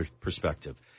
perspective